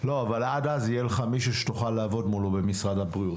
שעד אז יהיה לך מישהו שתוכל לעבוד מולו במשרד הבריאות.